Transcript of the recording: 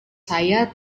saya